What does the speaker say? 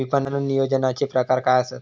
विपणन नियोजनाचे प्रकार काय आसत?